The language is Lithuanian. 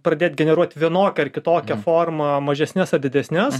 pradėt generuot vienokia ar kitokia forma mažesnes ar didesnes